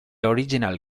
original